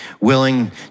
willing